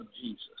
Jesus